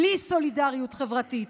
בלי סולידריות חברתית.